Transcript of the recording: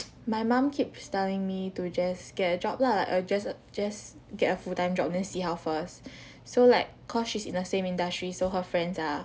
my mom keeps telling me to just get a job lah or just err just get a full time job then see how first so like cause she's in the same industry so her friends are